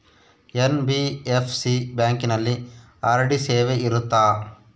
NBFC ಬ್ಯಾಂಕಿನಲ್ಲಿ RD ಸೇವೆ ಇರುತ್ತಾ?